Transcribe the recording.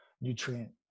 nutrient